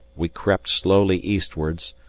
we crept slowly eastwards,